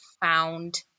found